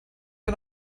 wir